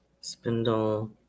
Spindle